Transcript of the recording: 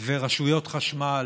ורשויות חשמל